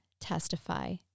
testify